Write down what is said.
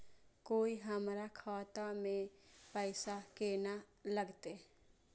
कोय हमरा खाता में पैसा केना लगते?